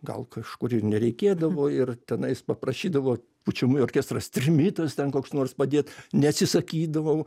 gal kažkur ir nereikėdavo ir tenais paprašydavo pučiamųjų orkestras trimitas ten koks nors padėt neatsisakydavau